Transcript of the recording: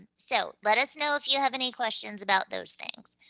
so let us know if you have any questions about those things.